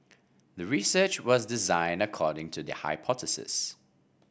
the research was designed according to the hypothesis